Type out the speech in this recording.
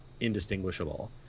indistinguishable